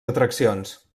atraccions